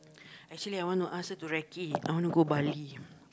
actually I want to ask her to recce I want to go Bali